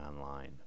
online